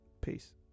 Peace